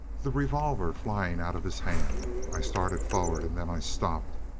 the revolver flying out of his hand. i started forward, and then i stopped.